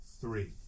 three